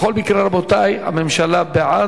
בכל מקרה, רבותי, הממשלה בעד.